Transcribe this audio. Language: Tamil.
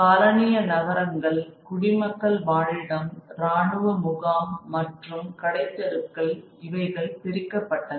காலனிய நகரங்கள் குடிமக்கள் வாழிடம் ராணுவ முகாம் மற்றும் கடைத்தெருக்கள் இவைகள் பிரிக்கப்பட்டன